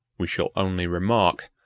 we shall only remark,